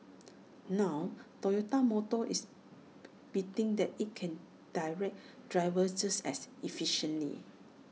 now Toyota motor is betting that IT can direct drivers just as efficiently